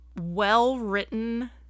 well-written